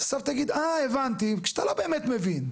בסוף תגיד אה, הבנתי, כשאתה לא באמת מבין.